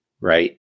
right